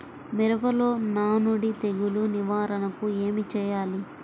మిరపలో నానుడి తెగులు నివారణకు ఏమి చేయాలి?